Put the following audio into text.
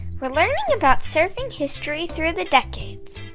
we're learning about surfing history through the decades.